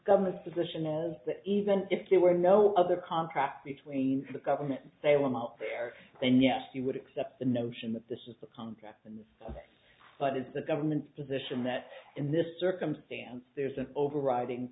government's position is that even if there were no other contract between the government they went up there then yes you would accept the notion that this is the contract and but it's the government's position that in this circumstance there's an overriding